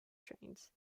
trains